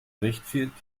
rechtfertigt